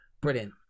Brilliant